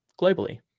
globally